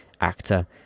actor